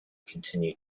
continue